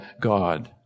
God